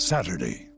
Saturday